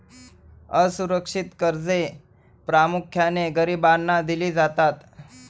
असुरक्षित कर्जे प्रामुख्याने गरिबांना दिली जातात